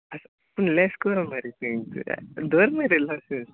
आसा पूण लॅस कर मरे ते धर मरे लॅस